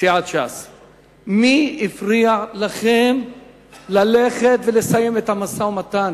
סיעת ש"ס, מי הפריע לכם ללכת ולסיים את המשא-ומתן